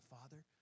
Father